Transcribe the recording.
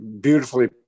beautifully